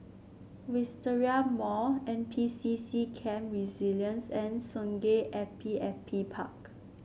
Wisteria Mall N P C C Camp Resilience and Sungei Api Api Park